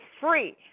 free